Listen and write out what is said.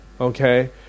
Okay